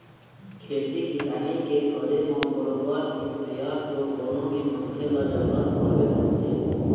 खेती किसानी के करे म बरोबर इस्पेयर तो कोनो भी मनखे ल जरुरत पड़बे करथे